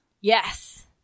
Yes